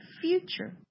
future